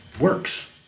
works